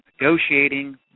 negotiating